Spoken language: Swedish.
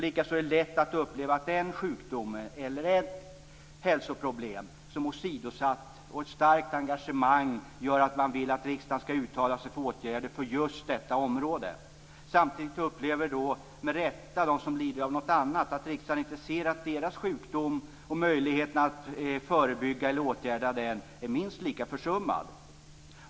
Likaså är det lätt att uppleva att en sjukdom, eller ett hälsoproblem, är åsidosatt, och ett starkt engagemang gör att man vill att riksdagen skall uttala sig för åtgärder på just det området. Samtidigt upplever, med rätta, de som lider av någon annan sjukdom att riksdagen inte ser att deras sjukdom och möjligheten att förebygga och åtgärda den är minst lika försummad.